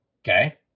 Okay